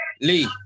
lee